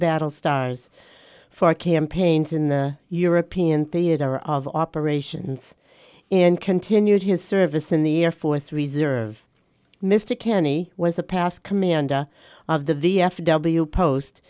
battle stars for campaigns in the european theater of operations and continued his service in the air force reserve mr kenny was a past commander of the v f w post